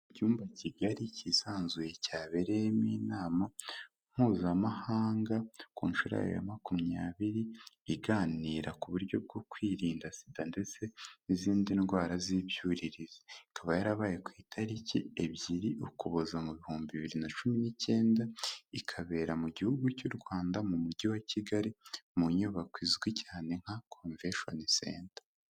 Icyumba kigari cyisanzuye cyabereyemo inama mpuzamahanga ku nshuro ya makumyabiri iganira ku buryo bwo kwirinda sida ndetse n'izindi ndwara z'ibyuririzi, ikaba yarabaye ku itariki ebyiri ukuboza mu bihumbi bibiri na cumi n'icyenda, ikabera mu gihugu cy'u Rwanda mu mujyi wa Kigali, mu nyubako izwi cyane nka convention center.